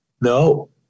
No